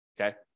okay